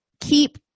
keep